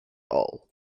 all